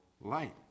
light